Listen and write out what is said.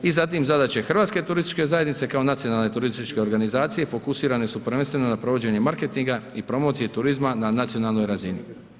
I zatim, zadaće Hrvatske turističke zajednice, kao nacionalne turističke organizacije, fokusirane su prvenstveno na provođenje marketinga i promocije turizma na nacionalnoj razini.